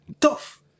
Tough